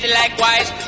likewise